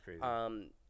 crazy